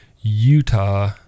Utah